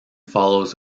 follows